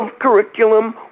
curriculum